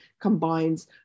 combines